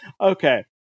Okay